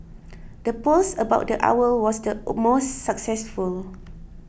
the post about the owl was the most successful